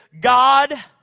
God